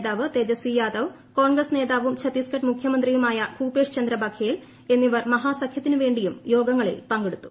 നേതാവ് തേജസ്വി യാദവ് കോൺഗ്രസ്സ് നേതാവും ചത്തീസ്ഗഡ് മുഖ്യമന്ത്രിയുമായ ഭൂപേഷ് ചന്ദ്ര ബഘേൽ എന്നിവർ മഹാസഖ്യത്തിനു വേണ്ടിയും യോഗങ്ങളിൽ പങ്കെടുത്തു